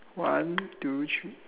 one two three